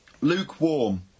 Lukewarm